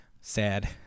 Sad